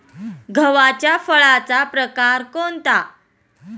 गव्हाच्या फळाचा प्रकार कोणता?